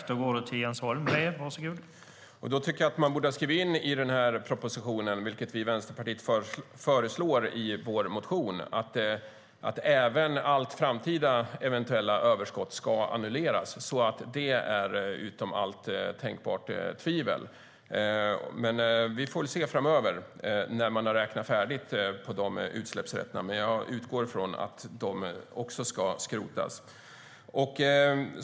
Herr talman! Då tycker jag att man borde ha skrivit in i propositionen att även alla framtida eventuella överskott ska annulleras, så att det står utom allt tänkbart tvivel. Detta föreslår vi i Vänsterpartiet i vår motion. Vi får väl se hur det blir framöver när man har räknat färdigt på de utsläppsrätterna, men jag utgår från att även de ska skrotas.